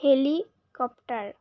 helicopter